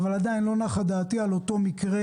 אבל עדיין לא נחה דעתי על אותו מקרה,